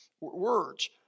words